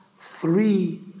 three